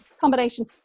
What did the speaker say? combination